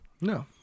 No